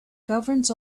governs